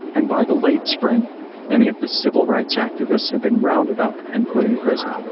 and by the late spring many of the civil rights activists had been rounded up and put in prison.